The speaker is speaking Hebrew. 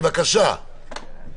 בבקשה,